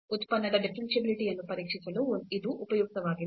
ಉತ್ಪನ್ನದ ಡಿಫರೆನ್ಷಿಯಾಬಿಲಿಟಿ ಯನ್ನು ಪರೀಕ್ಷಿಸಲು ಇದು ಉಪಯುಕ್ತವಾಗಿದೆ